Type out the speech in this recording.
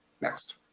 Next